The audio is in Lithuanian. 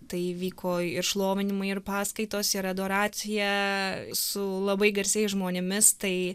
tai įvyko ir šlovinimai ir paskaitos ir adoracija su labai garsiais žmonėmis tai